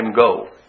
go